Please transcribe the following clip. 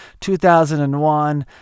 2001